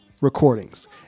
recordings